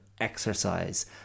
exercise